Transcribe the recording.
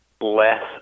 less